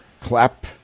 clap